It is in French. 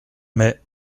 mais